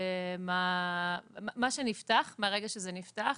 מה שנפתח מהרגע שזה נפתח.